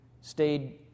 stayed